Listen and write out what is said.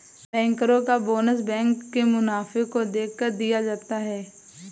बैंकरो का bonus bank के मुनाफे को देखकर दिया जाता है